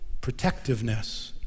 protectiveness